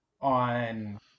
on